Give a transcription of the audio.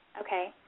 okay